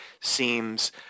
seems